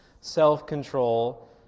self-control